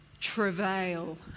travail